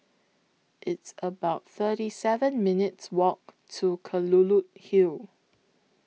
It's about thirty seven minutes Walk to Kelulut Hill